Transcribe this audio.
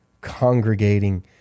congregating